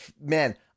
man